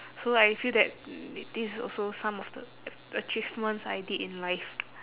so I feel that th~ these also some of the achievements I did in life